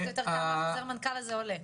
כמה החוזר מנכ"ל הזה עולה?